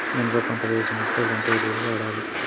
మినప పంట వేసినప్పుడు ఎలాంటి ఎరువులు వాడాలి?